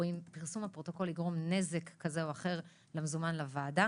או אם פרסום הפרוטוקול יגרום נזק כזה או אחר למזומן לוועדה